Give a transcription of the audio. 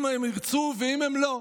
אם הם ירצו ואם לא,